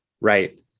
right